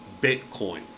Bitcoin